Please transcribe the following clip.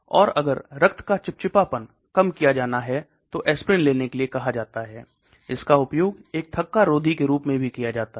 और अगर रक्त का चिपचिपापन कम किया जाना है तो एस्पिरिन लेने के लिए कहा जाता है इसका उपयोग एक थक्का रोधी के रूप में भी किया जाता है